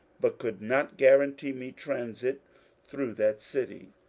but could not guarantee me transit through that city.